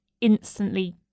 instantly